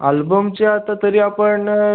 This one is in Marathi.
आल्बमचे आता तरी आपण